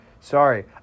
sorry